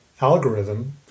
algorithm